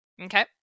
Okay